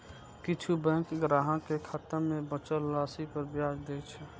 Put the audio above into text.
किछु बैंक ग्राहक कें खाता मे बचल राशि पर ब्याज दै छै